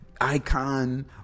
Icon